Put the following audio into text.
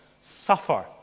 suffer